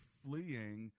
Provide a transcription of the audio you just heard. fleeing